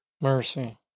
mercy